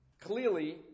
clearly